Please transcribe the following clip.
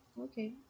Okay